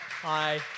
Hi